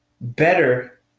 better